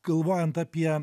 galvojant apie